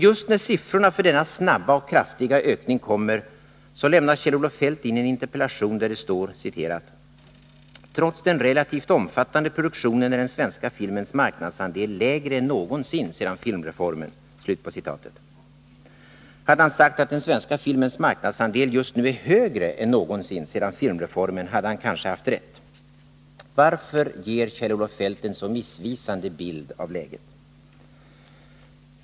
Just när siffrorna över denna snabba och kraftiga ökning kommer, lämnar Kjell-Olof Feldt in en interpellation, där det står: ”Trots den relativt omfattande produktionen är den svenska filmens marknadsandel lägre än någonsin sedan filmreformen.” Hade han sagt att den svenska filmens marknadsandel just nu är högre än någonsin sedan filmreformen, hade han kanske haft rätt. Varför ger Kjell-Olof Feldt en så missvisande bild av läget?